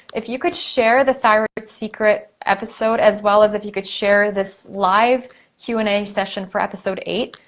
if you could share the thyroid secret episode, as well as if you could share this life q and a session for episode eight,